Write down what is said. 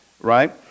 right